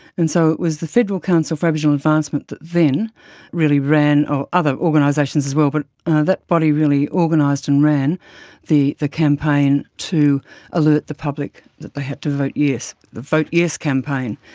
and so it was the federal council for aboriginal advancement that then really ran, other organisations as well, but that body really organised and ran the the campaign to alert the public that they had to vote yes, the vote yes campaign.